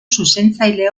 zuzentzaile